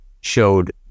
showed